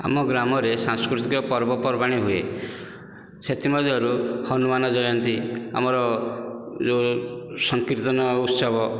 ଆମ ଗ୍ରାମରେ ସାଂସ୍କୃତିକ ପର୍ବପର୍ବାଣି ହୁଏ ସେଥିମଧ୍ୟରୁ ହନୁମାନ ଜୟନ୍ତୀ ଆମର ଯେଉଁ ସଂକୀର୍ତ୍ତନ ଉତ୍ସବ